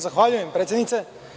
Zahvaljujem, predsednice.